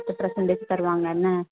பத்து பர்சன்டேஜ் தருவாங்க என்ன